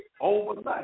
overnight